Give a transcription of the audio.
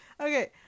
Okay